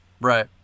Right